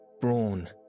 brawn